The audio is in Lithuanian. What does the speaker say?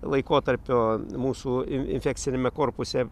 laikotarpio mūsų in infekciniame korpuse